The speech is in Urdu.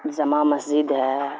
جامعہ مسجد ہے